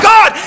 God